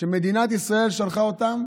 שמדינת ישראל שלחה אותם